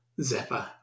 zapper